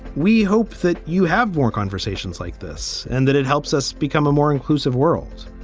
we hope that you have more conversations like this and that it helps us become a more inclusive world.